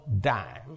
dime